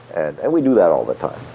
and and we do that all the time,